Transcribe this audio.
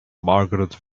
margaret